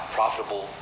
profitable